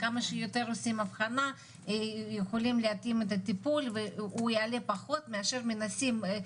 מבקר המדינה העיר עליו כבר לפני שנים.